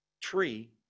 tree